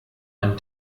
ein